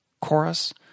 Chorus